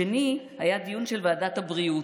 השני היה דיון של ועדת הבריאות.